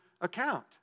account